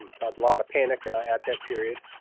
um caused a lot of panic at that period.